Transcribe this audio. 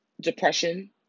depression